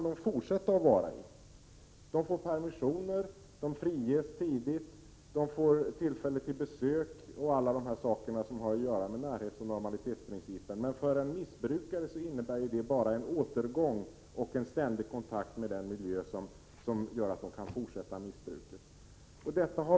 De får permissioner, friges tidigt, får tillfälle att ta emot besök och allt det som har att göra med närhetsoch normalitetsprinciperna. För en missbrukare innebär det bara en återgång och en ständig kontakt med den miljö som gör att han kan fortsätta missbruket.